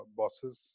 bosses